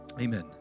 Amen